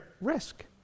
risk